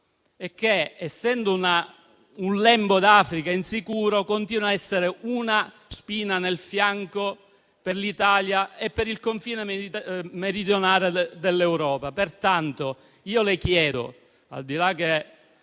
e, essendo un lembo d'Africa insicuro, continua a essere una spina nel fianco per l'Italia e per il confine meridionale dell'Europa.